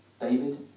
David